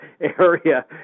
area